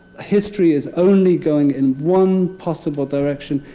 history is only going in one possible direction.